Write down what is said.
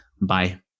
Bye